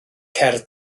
cerdd